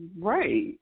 Right